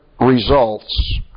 results